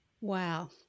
Wow